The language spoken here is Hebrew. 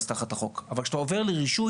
אבל כשאתה עובר לרישוי